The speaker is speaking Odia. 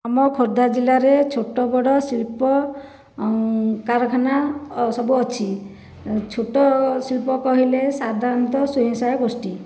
ଆମ ଖୋର୍ଦ୍ଧା ଜିଲ୍ଲାରେ ଛୋଟ ବଡ଼ ଶିଳ୍ପ କାରଖାନା ସବୁ ଅଛି ଛୋଟ ଶିଳ୍ପ କହିଲେ ସାଧାରଣତଃ ସ୍ଵୟଂ ସହାୟକ ଗୋଷ୍ଠି